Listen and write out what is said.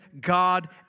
God